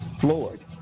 floored